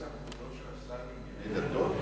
זה השר לענייני דתות?